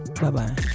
Bye-bye